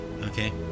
Okay